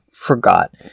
forgot